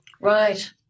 Right